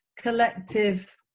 collective